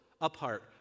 apart